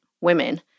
women